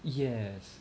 yes